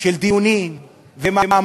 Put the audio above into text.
של דיונים ומאמץ